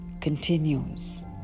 continues